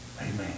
Amen